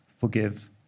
forgive